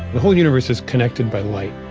the whole universe is connected by light.